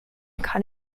kann